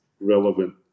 relevant